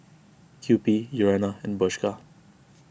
Kewpie Urana and Bershka